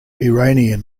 iranian